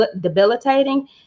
debilitating